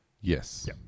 Yes